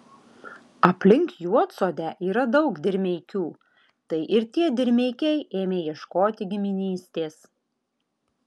aplink juodsodę yra daug dirmeikių tai ir tie dirmeikiai ėmė ieškoti giminystės